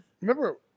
Remember